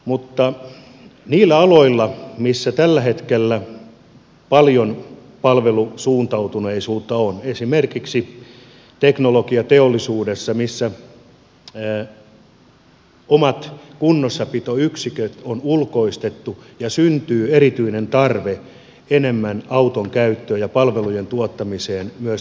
mutta niillä aloilla missä tällä hetkellä paljon palvelusuuntautuneisuutta on esimerkiksi teknologiateollisuudessa missä omat kunnossapitoyksiköt on ulkoistettu syntyy erityinen tarve enemmän auton käyttöön ja palvelujen tuottamiseen myös toisille työpaikoille